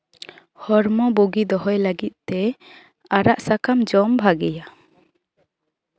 ᱦᱚᱲᱢᱚ ᱵᱩᱜᱤ ᱫᱚᱦᱚᱭ ᱞᱟᱹᱜᱤᱫ ᱛᱮ ᱟᱲᱟᱜ ᱥᱟᱠᱟᱢ ᱡᱚᱢ ᱵᱷᱟᱜᱮᱭᱟ